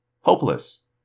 hopeless